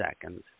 seconds